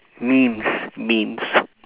memes memes